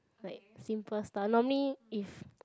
like simple stuff normally if